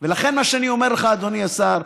ולכן, מה שאני אומר לך, אדוני השר,